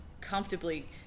comfortably